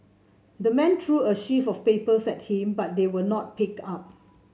the man threw a sheaf of papers at him but they were not picked up